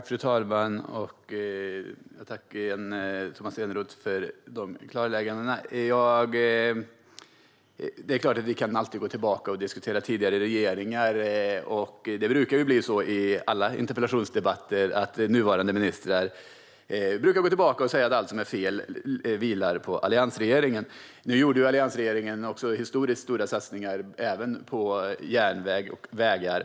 Fru talman! Jag tackar Tomas Eneroth för klarläggandena. Det är klart att vi alltid kan gå tillbaka och diskutera tidigare regeringar. Det brukar bli så i alla interpellationsdebatter att nuvarande ministrar går tillbaka och säger att allt som är fel vilar på alliansregeringen. Nu gjorde alliansregeringen historiskt stora satsningar även på järnvägar och vägar.